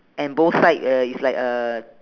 and both side uh is like uh